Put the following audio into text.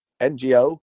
Ngo